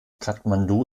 kathmandu